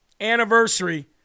anniversary